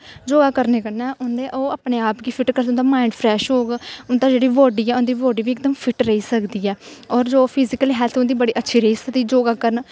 योगा करने कन्नै ओह् अपने आप गी फिट्ट करी सकदे उंदा माईंड़ फ्रैश होग उंदीा जेह्की बॉडी ऐ उंदी बॉडी बी इकदम फिट्ट रेही सकदी ऐ और उंदी फिजीकली हैल्थ अच्छी रेही सकदी योगा करन